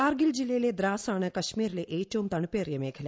കാർഗിൽ ജില്ലയിലെ ദ്രാസാണ് കശ്മീരിലെ ഏറ്റവും തണുപ്പേറിയ മ്മേഖല